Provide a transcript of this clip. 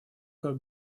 как